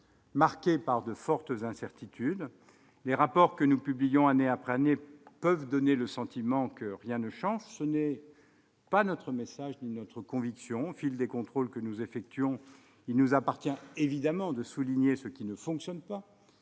marquée par de fortes incertitudes. Les rapports que nous publions année après année peuvent donner le sentiment que rien ne change. Ce n'est pas notre message ni notre conviction. Au fil des contrôles que nous effectuons, il nous appartient évidemment de souligner ce qui ne fonctionne pas